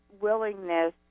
willingness